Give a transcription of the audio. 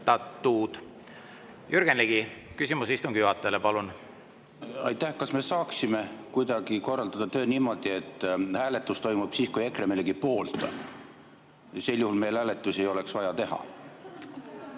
Jürgen Ligi, küsimus istungi juhatajale, palun! Aitäh! Kas me saaksime kuidagi korraldada töö niimoodi, et hääletus toimub siis, kui EKRE millegi poolt on? Sel juhul meil hääletusi ei oleks vaja teha.